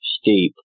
steep